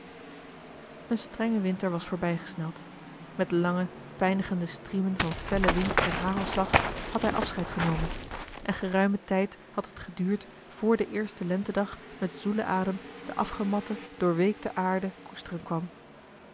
een strenge winter was voorbijgesneld met lange pijnigende striemen van fellen wind en hagelslag had hij afscheid genomen en geruimen tijd had het geduurd voor de eerste lentedag met zoelen adem de afgematte doorweekte aarde koesteren kwam